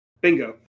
Bingo